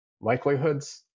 likelihoods